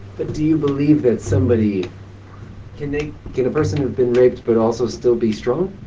but do you believe that somebody can they can a person have been raped but also still be strong?